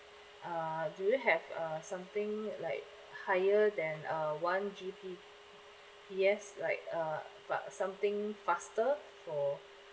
uh do you have uh something like higher than uh one G_B_P_S like uh fa~ something faster for